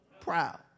Proud